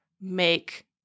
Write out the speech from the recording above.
make